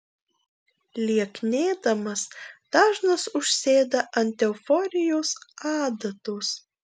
lieknėdamas dažnas užsėda ant euforijos adatos